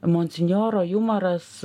monsinjoro jumoras